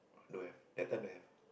don't have that time don't have